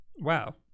Wow